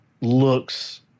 looks